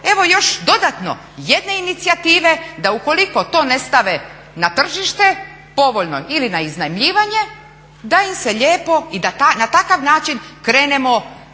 evo još dodatno jedne inicijative da ukoliko to ne stave na tržište povoljno ili na iznajmljivanje da im se lijepo i da na takav način krenemo upravo